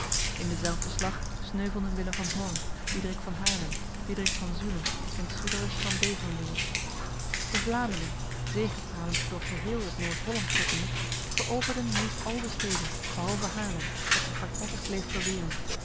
in dezelfde slag sneuvelden willem van horn diederik van haarlem diederik van zulen en suederus van beverenweerdt de vlamingen zegepralend door geheel het noord-holland trekkende veroverden meest al de steden behalve haarlem dat zich hardnekkig bleef verweren